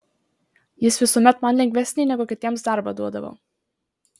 jis visuomet man lengvesnį negu kitiems darbą duodavo